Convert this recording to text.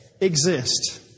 exist